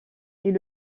est